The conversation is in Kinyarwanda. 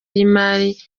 y’imari